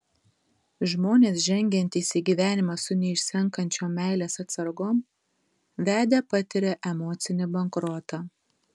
žmonės žengiantys į gyvenimą su neišsenkančiom meilės atsargom vedę patiria emocinį bankrotą